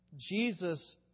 Jesus